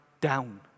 down